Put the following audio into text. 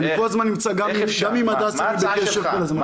גם עם הדס אני בקשר כל הזמן --- איך?